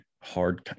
hard